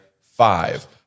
five